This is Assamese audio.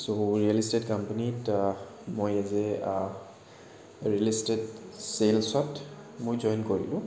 চ' ৰিয়েলষ্টেট কোম্পানীত মই এজ এ ৰিয়েল ইষ্টেট চেল্চত মই জইন কৰিলোঁ